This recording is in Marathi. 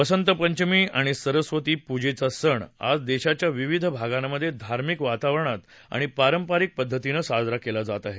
बसंत पंचमी आणि सरस्वती पूजेचा सण आज देशाच्या विविध भागांमधे धार्मिक वातावरणात आणि पारंपरिक पद्धतीनं साजरा केला जात आहे